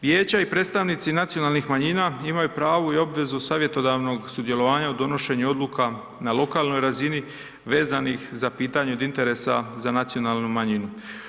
Vijeća i predstavnici nacionalnih manjina imaju pravo i obvezu savjetodavnog sudjelovanja u donošenju odluka na lokalnoj razini vezanih za pitanje od interesa za nacionalnu manjinu.